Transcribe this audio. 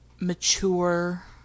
mature